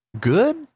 good